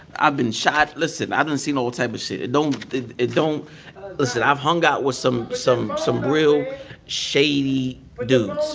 i've been shot. listen, i done seen all type of shit. it don't it don't listen, i've hung out with some some real shady dudes,